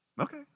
Okay